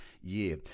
year